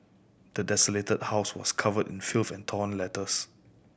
the desolated house was covered in filth and torn letters